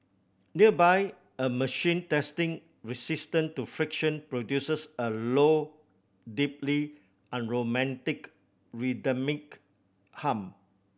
nearby a machine testing resistance to friction produces a low deeply unromantic rhythmic hum